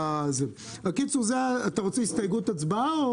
הסתייגות הצבעה?